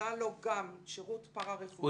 נבנה לו גם שירות פרה-רפואי, בתוך בית הספר.